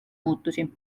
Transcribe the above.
muutusi